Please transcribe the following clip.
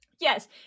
Yes